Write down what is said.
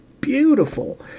beautiful